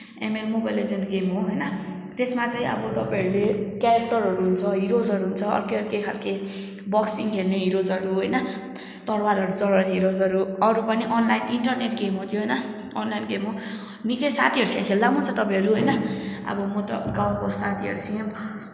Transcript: ML mobile legend game हो होइन त्यसमा चाहिँ अब तपाईँहरूले क्यारेक्टरहरू हुन्छ हिरोजहरू हुन्छ अर्कै अर्कै खालको बक्सिङ खेल्ने हिरोजहरू तरवारहरू चलाउने हिरोजहरू अरू पनि अनलाइन इन्टरनेट गेम हो त्यो होइन अनलाइन गेम हो निकै साथीहरूसँग खेल्दा पनि हुन्छ तपाईँहरू होइन अब म त अब गाउँको साथीहरूसँग पनि